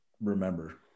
remember